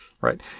right